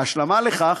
כהשלמה לכך,